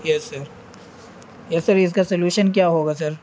یس sir yes sir اس کا solution کیا ہوگا سر